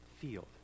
field